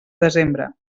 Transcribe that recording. desembre